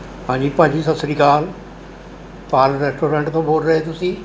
ਹਾਂਜੀ ਭਾਅ ਜੀ ਸਤਿ ਸ਼੍ਰੀ ਅਕਾਲ ਪਾਲ ਰੈਸਟੋਰੈਂਟ ਤੋਂ ਬੋਲ ਰਹੇ ਤੁਸੀਂ